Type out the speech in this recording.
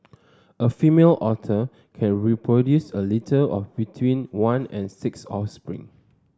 a female otter can produce a litter of between one and six offspring